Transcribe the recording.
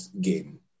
game